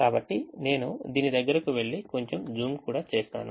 కాబట్టి నేను దీని దగ్గరకు వెళ్లికొంచెం జూమ్ కూడా చేస్తాను